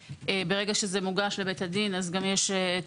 וברגע שזה מוגש לבית הדין אז גם יש את